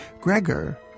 Gregor